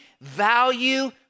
value